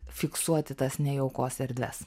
fiksuoti tas nejaukos erdves